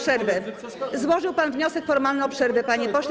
Złożył pan wniosek formalny o przerwę, panie pośle.